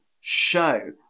show